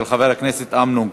של חבר הכנסת אמנון כהן.